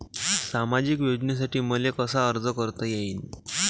सामाजिक योजनेसाठी मले कसा अर्ज करता येईन?